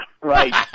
right